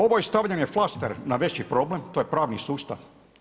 Ovo je stavljanje flaster na veći problem, to je pravni sustav.